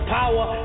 power